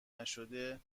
نشده